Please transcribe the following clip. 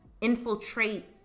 infiltrate